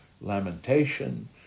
lamentation